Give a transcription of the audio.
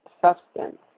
substance